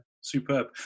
superb